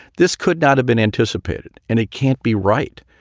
this could not have been anticipated and it can't be right.